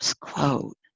quote